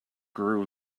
grew